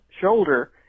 shoulder